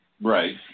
Right